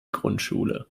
grundschule